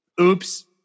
oops